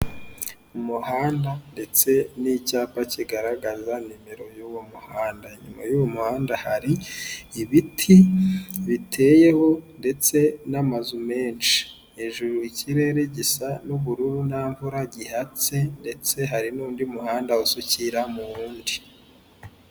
Umuhanda ndetse n'icyapa kigaragaza nimero y'uwo muhanda, inyuma y'uwo muhanda hari ibiti biteyeho ndetse n'amazu menshi hejuru ikirere gisa n'ubururu ntamvura gihatse ndetse hari n'undi muhanda wisukira mu wundi.